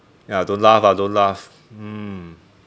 ya don't laugh ah don't laugh mm